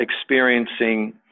experiencing